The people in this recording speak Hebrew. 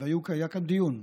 והיה כאן דיון,